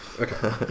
Okay